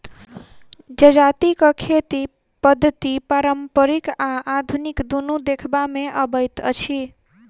जजातिक खेती पद्धति पारंपरिक आ आधुनिक दुनू देखबा मे अबैत अछि